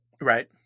right